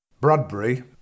Bradbury